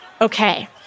Okay